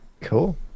Cool